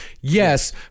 yes